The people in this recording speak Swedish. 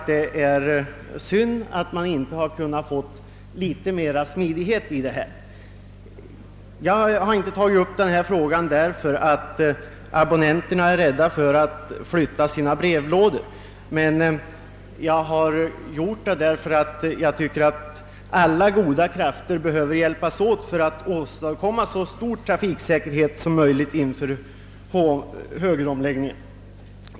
Det är synd att man inte kunnat få litet större smidighet på denna punkt. Jag har tagit upp denna fråga inte därför att abonnenterna är rädda för att flytta sina brevlådor, utan för att jag anser att alla goda krafter behövs för att åstadkomma så stor trafiksäkerhet som möjligt inför högeromläggningen.